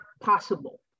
possible